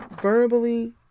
verbally